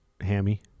Hammy